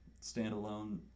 standalone